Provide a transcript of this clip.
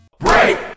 BREAK